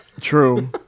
True